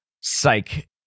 psych